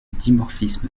dimorphisme